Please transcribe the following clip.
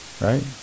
Right